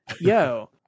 yo